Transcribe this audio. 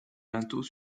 linteaux